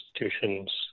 institutions